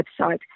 website